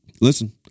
Listen